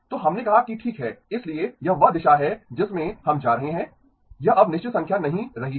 तो हमने कहा कि ठीक है इसलिए यह वह दिशा है जिसमें हम जा रहे हैं यह अब निश्चित संख्या नहीं रही है